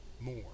more